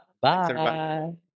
Bye